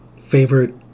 favorite